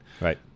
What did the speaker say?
Right